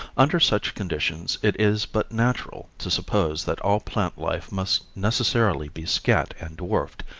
under such conditions it is but natural to suppose that all plant life must necessarily be scant and dwarfed,